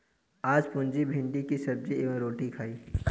आज पुजा भिंडी की सब्जी एवं रोटी खाई